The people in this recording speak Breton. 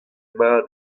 mat